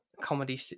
comedy